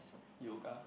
yoga